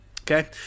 Okay